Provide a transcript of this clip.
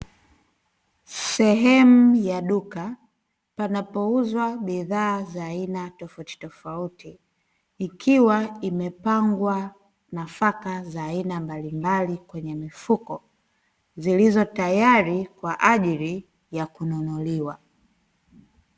Sehemu ya duka panapouzwa bidhaa za aina tofautitofauti, ikiwa imepangwa nafaka za aina mbalimbali kwenye mifuko, zilizo tayari kwa ajili ya kununuliwa.